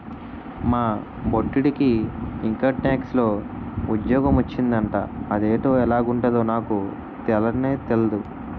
మా బొట్టిడికి ఇంకంటాక్స్ లో ఉజ్జోగ మొచ్చిందట అదేటో ఎలగుంటదో నాకు తెల్నే తెల్దు